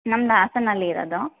ನಮ್ದು ಹಾಸನಲ್ಲಿರೋದು